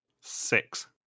Six